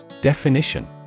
Definition